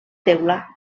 teula